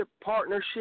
partnership